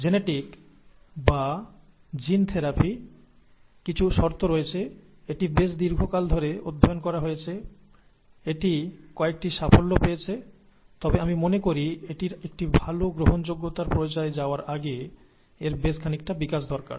genetic বা gene থেরাপির কিছু শর্ত রয়েছে এটি বেশ দীর্ঘকাল ধরে অধ্যয়ন করা হয়েছে এটি কয়েকটি সাফল্য পেয়েছে তবে আমি মনে করি এটির একটি ভাল গ্রহণযোগ্যতার পর্যায়ে যাওয়ার আগে এর বেশ খানিকটা বিকাশ দরকার